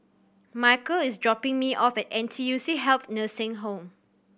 Micheal is dropping me off at N T U C Health Nursing Home